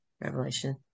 Revelation